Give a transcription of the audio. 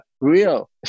real